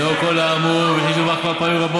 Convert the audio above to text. לאור כל האמור, וכפי שדווח